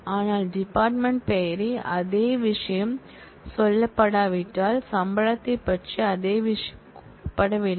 ஆனால் டிபார்ட்மென்ட் பெயரைப் பற்றி அதே விஷயம் சொல்லப்படாவிட்டால் சம்பளத்தைப் பற்றி அதே விஷயம் கூறப்படவில்லை